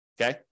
okay